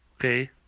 Okay